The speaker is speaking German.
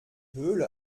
höhle